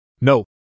No